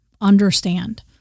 Understand